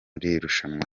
irushanwa